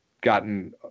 gotten